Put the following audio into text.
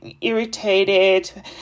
irritated